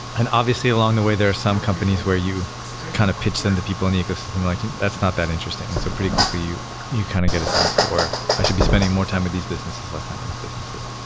and obviously along the way, there are some companies where you kind of pitch in to people in ecosystem like, that's not that interesting. and so pretty quickly you you kind of get a sense for, i should be spending more time with these businesses, less time with these businesses.